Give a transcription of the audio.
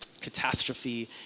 catastrophe